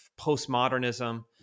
postmodernism